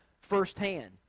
firsthand